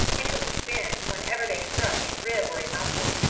and which bent whenever they struck a rib or a muscle.